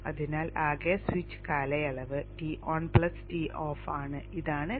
അതിനാൽ ആകെ സ്വിച്ച് കാലയളവ് Ton Toff ആണ് ഇതാണ് Ts